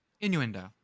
Innuendo